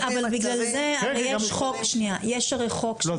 הרי יש חוק שמסמיך --- לא,